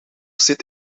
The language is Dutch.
zit